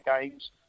games